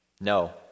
No